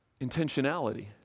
intentionality